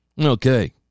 Okay